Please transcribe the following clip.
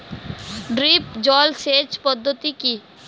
Drip জল সেচ পদ্ধতি কি?